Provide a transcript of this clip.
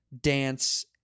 dance